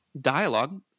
dialogue